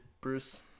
Bruce